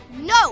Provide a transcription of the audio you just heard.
No